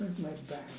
hurts my back